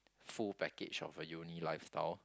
full package of a uni lifestyle